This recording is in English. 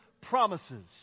promises